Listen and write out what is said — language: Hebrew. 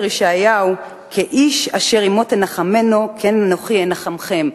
ישעיהו: "כאיש אשר אמו תנחמנו כן אנכי אנחמכם".